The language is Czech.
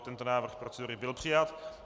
Tento návrh procedury byl přijat.